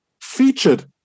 featured